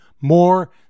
more